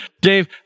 dave